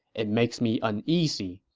it makes me uneasy.